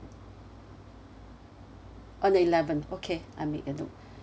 on the eleventh okay I make a note